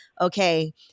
okay